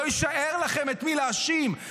לא יישאר לכם את מי להאשים,